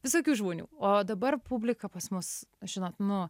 visokių žmonių o dabar publika pas mus žinot nu